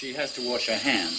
she has to wash your hands